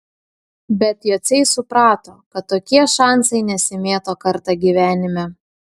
bet jociai suprato kad tokie šansai nesimėto kartą gyvenime